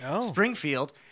Springfield